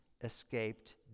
escaped